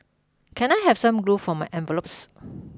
can I have some glue for my envelopes